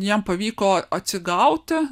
jam pavyko atsigauti